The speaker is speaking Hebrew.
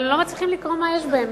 אבל לא מצליחים לקרוא מה יש בהם,